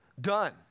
Done